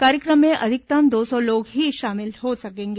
कार्यक्रम में अधिकतम दौ सौ लोग ही शामिल हो सकेंगे